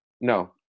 No